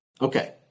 Okay